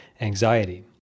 anxiety